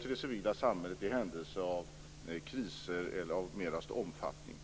till det civila samhället i händelse av kriser av större omfattning.